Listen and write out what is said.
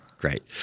Great